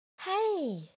Hey